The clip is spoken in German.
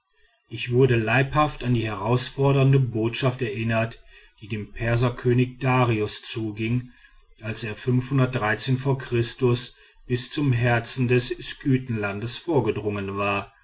ich wurde lebhaft an die herausfordernde botschaft erinnert die dem perserkönig darius zuging als er vor christus bis zum herzen des skythenlandes vorgedrungen war